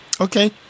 Okay